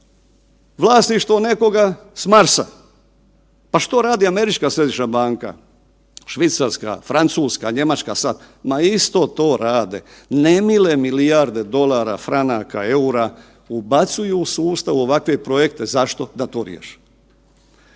vlasništvo nekoga s Marsa. Pa što radi Američka središnja banka, švicarska, francuska, njemačka? Ma isto to rade. Nemile milijarde dolara, franaka, eura ubacuju u sustav ovakve projekte. Zašto? Da to riješe.